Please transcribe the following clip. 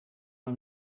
mal